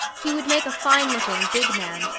he would make a fine-looking, big man,